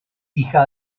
hija